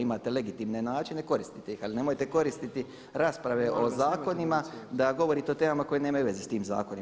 Imate legitimne načine, koristite ih ali nemojte koristiti rasprave o zakonima da govorite o temama koje nemaju veze sa tim zakonima.